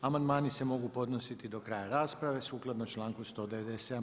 Amandmani se mogu podnositi do kraja rasprave, sukladno članku 197.